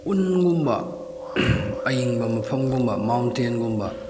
ꯎꯟꯒꯨꯝꯕ ꯑꯏꯪꯕ ꯃꯐꯝꯒꯨꯝꯕ ꯃꯥꯎꯟꯇꯦꯟꯒꯨꯝꯕ